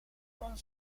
kon